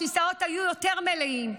הכיסאות היו יותר מלאים.